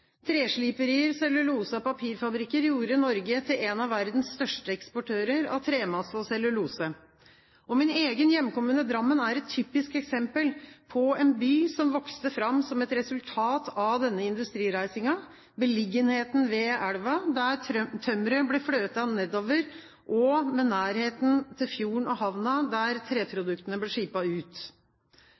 Tresliperier, cellulose- og papirfabrikker gjorde Norge til en av verdens største eksportører av tremasse og cellulose. Min egen hjemkommune, Drammen, er et typisk eksempel på en by som vokste fram som et resultat av denne industrireisingen – med beliggenheten ved elva, der tømmeret ble fløtet nedover, og med nærheten til fjorden og havna, der treproduktene ble skipet ut.